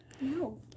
No